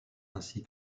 ainsi